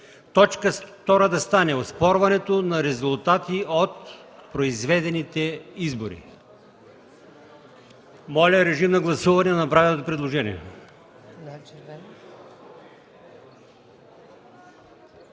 Точка втора да стане: „оспорването на резултати от произведените избори”. Моля, режим на гласуване за направеното предложение.